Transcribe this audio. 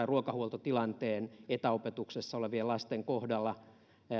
ruokahuoltotilanteen etäopetuksessa olevien lasten kohdalla